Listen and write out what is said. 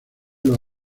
los